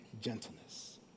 gentleness